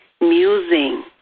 Musing